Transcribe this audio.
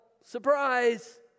surprise